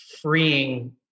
freeing